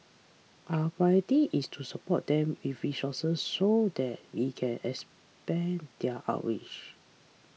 our priority is to support them with resources so that we can expand their outreach